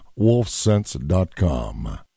wolfsense.com